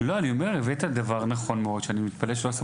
הבאת דבר נכון מאוד שאני מתפלא שלא שמו לב,